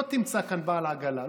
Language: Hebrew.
לא תמצא כאן בעל עגלה,